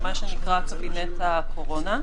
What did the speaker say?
מה שנקרא "קבינט הקורונה".